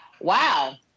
Wow